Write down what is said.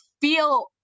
feel